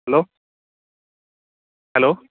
hello hello